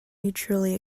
mutually